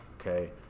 Okay